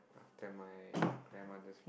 after my grandmother